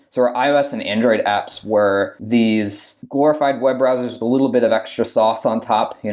so our ios and android apps were these glorified web browsers with a little bit of extra sauce on top. you know